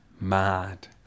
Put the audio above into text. Mad